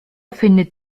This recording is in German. findet